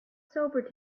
sobered